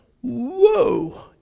whoa